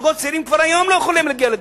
זוגות צעירים כבר היום לא יכולים להגיע לדירה.